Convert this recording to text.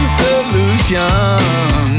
solution